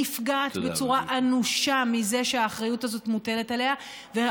נפגעת בצורה אנושה מזה שהאחריות הזאת מוטלת עליהן.